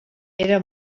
era